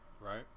Right